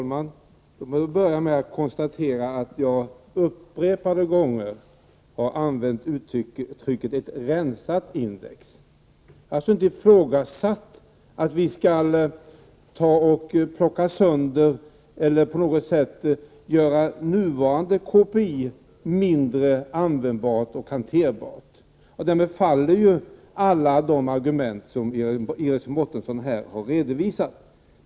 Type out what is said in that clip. Herr talman! Låt mig börja med att konstatera att jag upprepade gånger har använt uttrycket ett rensat index. Jag har således inte ifrågasatt att vi skall plocka sönder eller på något sätt göra nuvarande KPI mindre användbart och hanterbart. Därmed faller ju alla de argument som Iris Mårtensson här har redovisat.